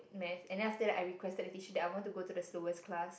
math and then after that I requested the teacher that I want to go to the slowest class